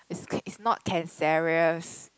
it's c~ it's not cancerous